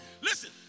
Listen